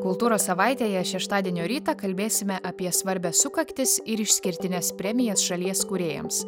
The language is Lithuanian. kultūros savaitėje šeštadienio rytą kalbėsime apie svarbias sukaktis ir išskirtines premijas šalies kūrėjams